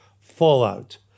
fallout